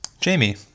Jamie